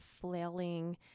flailing